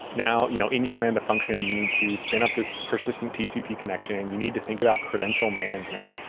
now, you know in your lambda function, you need to spin up this persistent tcp connection and you need to think about credential management.